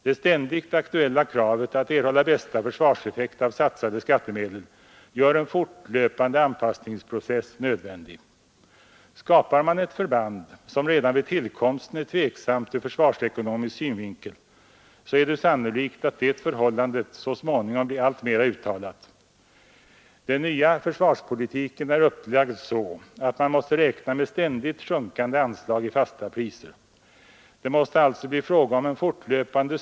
Det ständigt aktuella kravet att erhålla bästa försvarseffekt av satsade skattemedel gör en fortlöpande anpassningsprocess nödvändig. Skapar man ett förband som redan vid tillkomsten ter sig tvivelaktigt ur försvarsekonomisk synvinkel är det sannolikt att det förhållandet så småningom blir alltmera påfallande. Den nya försvarspolitiken är upplagd så, att man måste räkna med ständigt sjunkande anslag i fasta priser.